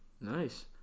Nice